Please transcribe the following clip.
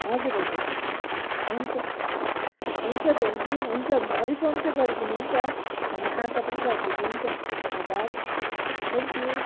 हजुर हजुर हुन्छ हुन्छ थ्याङ्कयू हुन्छ रिफन्ड चाहिँ गरिदिनुहुन्छ भन्ने आशा पनि राख्दछु हुन्छ धन्यवाद थ्याङ्कयू